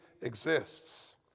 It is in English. exists